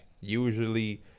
Usually